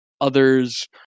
others